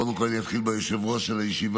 קודם כול אני אתחיל ביושב-ראש של הישיבה,